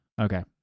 Okay